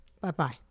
Bye-bye